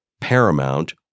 Paramount